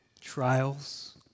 Trials